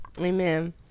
Amen